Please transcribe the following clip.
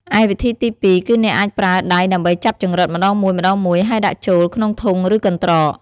ឯវិធីទីពីរ គឺអ្នកអាចប្រើដៃដើម្បីចាប់ចង្រិតម្តងមួយៗ ហើយដាក់ចូលក្នុងធុង ឬកន្ត្រក។